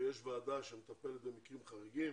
ויש ועדה שמטפלת במקרים חריגים.